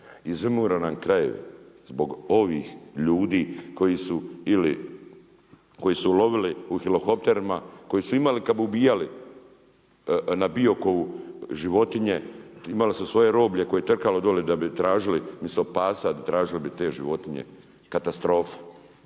Izumiru nam krajevi zbog ovih ljudi koji su ili lovili u helikopterima, koji su imali kada bi ubijali na Biokovu životinje imali su svoje roblje koje je trkalo dolje da bi tražili umjesto pasa tražili bi te životinje, katastrofa,